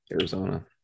Arizona